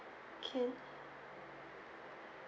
can